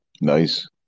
Nice